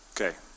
Okay